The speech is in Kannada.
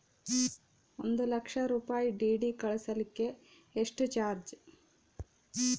ಒಂದು ಲಕ್ಷ ರೂಪಾಯಿ ಡಿ.ಡಿ ಕಳಸಾಕ ಎಷ್ಟು ಚಾರ್ಜ್?